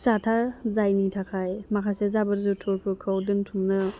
फिसाथार जायनि थाखाय माखासे जाबोर जुथोरफोरखौ दोन्थुमनो